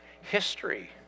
History